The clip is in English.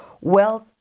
Wealth